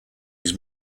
his